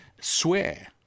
swear